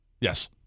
Yes